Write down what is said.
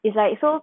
it's like so